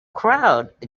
crowd